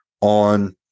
on